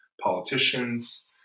politicians